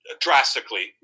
drastically